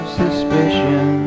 suspicion